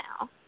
now